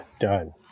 Done